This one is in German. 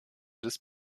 des